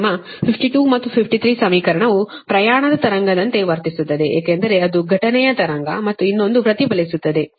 ನಿಮ್ಮ 52 ಮತ್ತು 53 ರ ಸಮೀಕರಣವು ಪ್ರಯಾಣದ ತರಂಗದಂತೆ ವರ್ತಿಸುತ್ತದೆ ಏಕೆಂದರೆ ಅದು ಘಟನೆಯ ತರಂಗ ಮತ್ತು ಇನ್ನೊಂದು ಪ್ರತಿಫಲಿಸುತ್ತದೆ